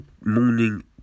morning